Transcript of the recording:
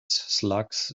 slugs